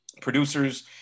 producers